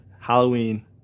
Halloween